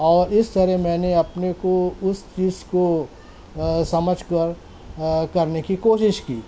اور اس طرح میں نے اپنے کو اس چیز کو سمجھ کر کرنے کی کوشش کی